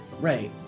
Right